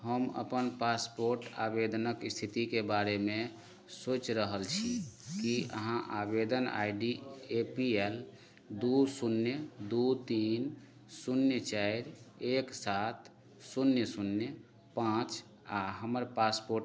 हमर पासपोर्ट आवेदनके इस्थितिके बारेमे सोचि रहल छी कि अहाँ आवेदन I D A P L दुइ शून्य दुइ तीन शून्य चारि एक सात शून्य शून्य पाँच आओर हमर पासपोर्ट